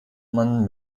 man